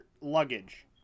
luggage